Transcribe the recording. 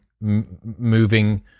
moving